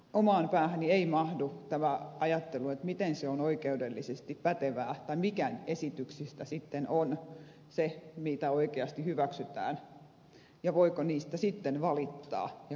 omaan päähäni ei mahdu tämä ajattelu miten se on oikeudellisesti pätevää tai mikä esityksistä sitten on se mitä oikeasti hyväksytään ja voiko niistä sitten valittaa ja kuinka